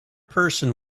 person